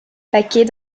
paquet